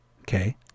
Okay